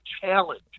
challenge